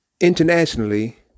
internationally